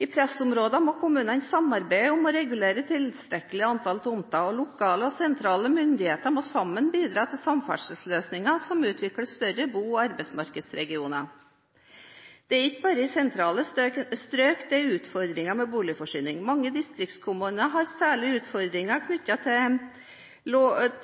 I pressområder må kommunene samarbeide om å regulere tilstrekkelig antall tomter, og lokale og sentrale myndigheter må sammen bidra til samferdselsløsninger som utvikler større bo- og arbeidsmarkedsregioner. Det er ikke bare i sentrale strøk det er utfordringer med boligforsyningen. Mange distriktskommuner har særlige utfordringer knyttet